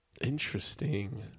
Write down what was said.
Interesting